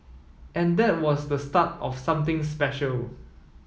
and that was the start of something special